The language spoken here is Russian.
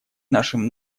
нашим